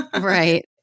Right